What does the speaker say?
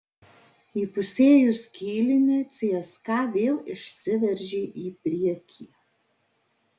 įpusėjus kėliniui cska vėl išsiveržė į priekį